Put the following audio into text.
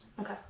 Okay